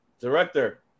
Director